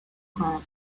کند